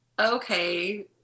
okay